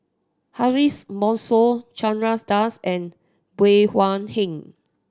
Ariff Bongso Chandras Das and Bey Hua Heng